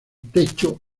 techo